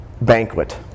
Banquet